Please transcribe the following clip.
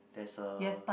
there's a